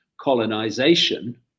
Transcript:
colonization